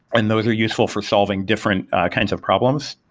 and those are useful for solving different kinds of problems.